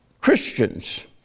Christians